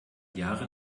jahre